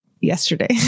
Yesterday